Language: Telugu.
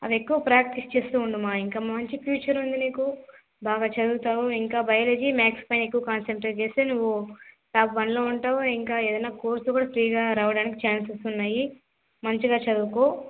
అవి ఎక్కువ ప్రాక్టీస్ చేస్తూ ఉండు అమ్మ ఇంకా మంచి ఫ్యూచర్ ఉంది నీకు బాగా చదువుతావు ఇంకా బయాలజీ మ్యాథ్స్ పైన ఎక్కువ కాన్సంట్రేట్ చేస్తే నువ్వు టాప్ వన్లో ఉంటావు ఇంకా ఏదన్నా కోర్స్ కూడా ఫ్రీగా రావడానికి ఛాన్సెస్ ఉన్నాయి మంచిగా చదువుకో